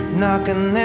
knocking